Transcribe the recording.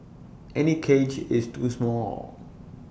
any cage is too small